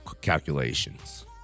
calculations